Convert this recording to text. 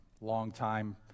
longtime